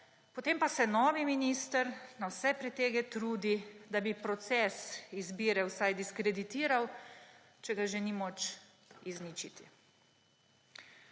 Potem pa se novi minister na vse pretege trudi, da bi proces izbire vsaj diskreditiral, če ga že ni moč izničiti.